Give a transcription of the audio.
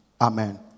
Amen